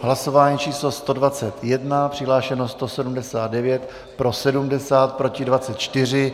Hlasování číslo 121, přihlášeno 179, pro 70, proti 24.